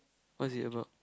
what's it about